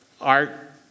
art